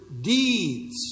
deeds